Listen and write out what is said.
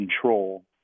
control